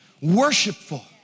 worshipful